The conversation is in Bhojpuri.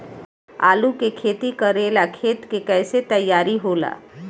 आलू के खेती करेला खेत के कैसे तैयारी होला?